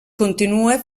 continua